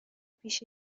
پیش